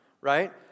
Right